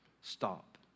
Stop